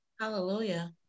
Hallelujah